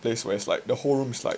place where like the whole room is like